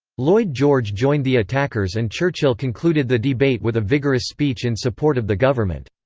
lloyd george joined the attackers and churchill concluded the debate with a vigorous speech in support of the government.